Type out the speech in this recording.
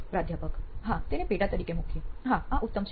પ્રાધ્યાપક હા તેને પેટા તરીકે મૂકીએ હાઉત્તમ છે